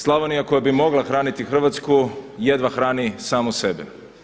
Slavonija koja bi mola hraniti Hrvatsku jedva hrani samu sebe.